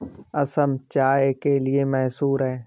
असम चाय के लिए मशहूर है